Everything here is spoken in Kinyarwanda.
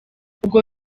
ubwo